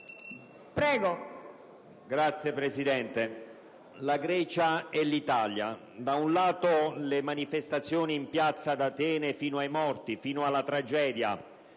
Signora Presidente, la Grecia e l'Italia: da un lato, le manifestazioni in piazza ad Atene fino ai morti, fino alla tragedia;